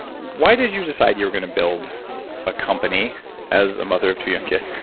why did you decide you were going to build a company as a mother of two young kids?